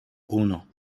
uno